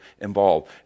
involved